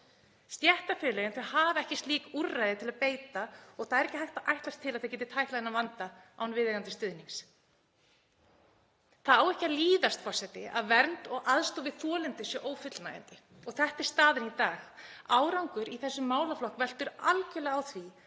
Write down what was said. Stéttarfélögin hafa ekki slík úrræði til að beita og það er ekki hægt að ætlast til að þau geti tæklað þennan vanda án viðeigandi stuðnings. Það á ekki að líðast að vernd og aðstoð við þolendur sé ófullnægjandi en þetta er staðan í dag. Árangur í þessum málaflokki veltur algjörlega á því